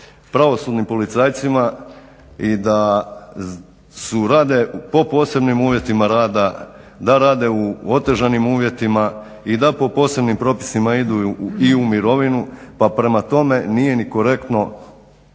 pravosudnim policajcima i da rade po posebnim uvjetima rada, da rade u otežanim uvjetima i da po posebnim propisima idu i u mirovinu pa prema tome nije ni korektno